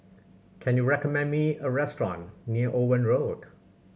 can you recommend me a restaurant near Owen Road